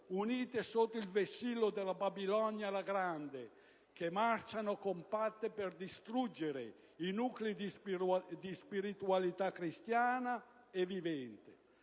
unite sotto il vessillo della Babilonia che marciano compatte per distruggere i nuclei di spiritualità cristiana vivente.